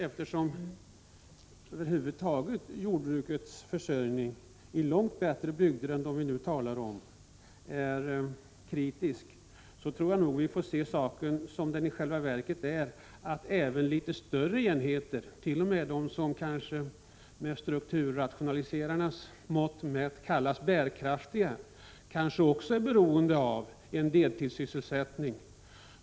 Eftersom jordbrukets situation är kritisk i långt ”bättre” bygder än dem vi nu talar om, tror jag nog vi får se saken så som den i själva verket är, att även litet större enheter — t.o.m. de som med strukturrationaliserarnas mått mätt kallas bärkraftiga — är beroende av en deltidssysselsättning vid sidan av.